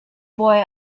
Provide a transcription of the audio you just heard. boy